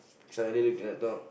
suddenly they cannot talk